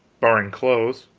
barring clothes.